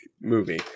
movie